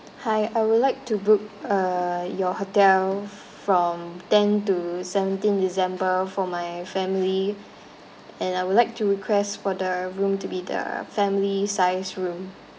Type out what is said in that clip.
hi I would like to book uh your hotel from ten to seventeen december for my family and I would like to request for the room to be the family size room